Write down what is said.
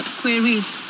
queries